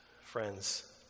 friends